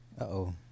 Uh-oh